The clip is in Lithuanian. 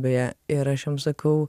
beje ir aš jam sakau